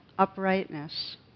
uprightness